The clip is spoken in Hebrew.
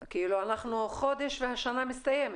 חודש, והשנה מסתיימת.